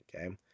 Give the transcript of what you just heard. okay